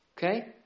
Okay